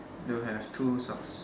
they'll have two socks